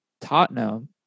Tottenham